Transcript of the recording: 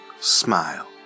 smile